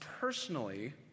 personally